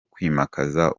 kwimakaza